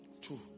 Two